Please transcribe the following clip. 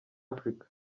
africa